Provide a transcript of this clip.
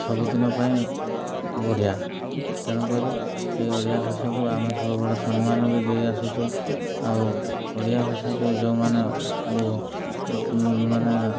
ସବୁଦିନ ପାଇଁ ବଢ଼ିଆ ତେଣୁକରି ଏଇ ଓଡ଼ିଆ ଭାଷାକୁ ଆମେ ସବୁବେଳେ ସମ୍ମାନ ବି ଦେଇ ଆସୁଛୁ ଆଉ ଓଡ଼ିଆ ଭାଷାକୁ ଯେଉଁମାନେ ମାନେ